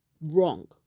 wrong